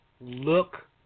look